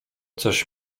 coś